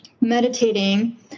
meditating